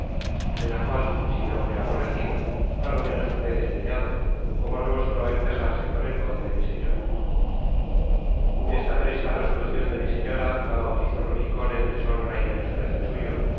de la cual si no fué aborrecido á lo menos fué desdeñado como lo mostró el casarse con el conde mi señor esta presta resolucion de mi señora la bautizó rubicón en deshonra y menosprecio suyo